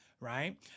right